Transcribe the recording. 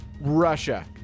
Russia